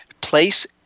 place